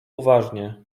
uważnie